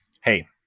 Hey